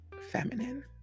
feminine